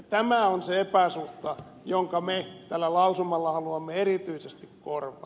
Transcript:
tämä on se epäsuhta jonka me tällä lausumalla haluamme erityisesti korjata